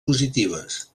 positives